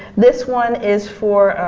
this one is for,